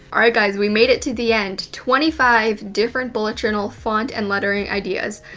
all right, guys, we made it to the end. twenty five different bullet journal font and lettering ideas.